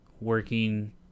working